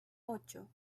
ocho